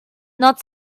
not